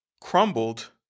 crumbled